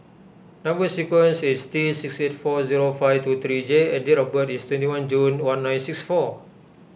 Number Sequence is T six eight four zero five two three J and date of birth is twenty one June one nine six four